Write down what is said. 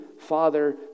Father